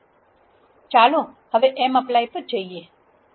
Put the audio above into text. ચાલો હવે mapply પર જઈએ